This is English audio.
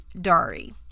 Dari